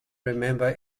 remember